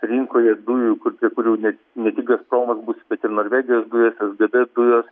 rinkoje dujų kur prie kurių net ne tik gazpromas bus bet ir norvegijos dujos sgd dujos